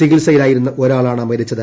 ചികിത്സയിലായിരുന്ന ഒരാളാണ് മരിച്ചത്